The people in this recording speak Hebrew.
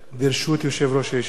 הנני מתכבד להודיעכם,